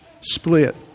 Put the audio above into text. split